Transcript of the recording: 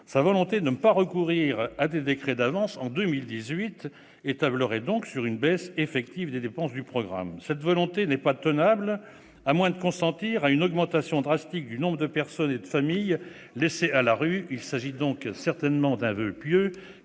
sa volonté de ne pas recourir à des décrets d'avance en 2018 et tablerait par conséquent sur une baisse effective des dépenses du programme. Cette volonté n'est pas tenable, à moins de consentir à une augmentation drastique du nombre de personnes et de familles laissées à la rue. Il s'agit donc certainement d'un voeu pieux,